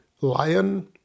lion